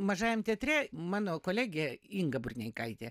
mažajam teatre mano kolegė inga burneikaitė